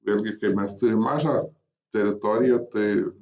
vėlgi kai mes turim mažą teritoriją tai